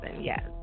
yes